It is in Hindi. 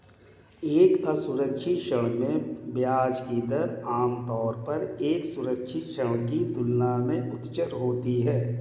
एक असुरक्षित ऋण में ब्याज की दर आमतौर पर एक सुरक्षित ऋण की तुलना में उच्चतर होती है?